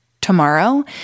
tomorrow